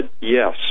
yes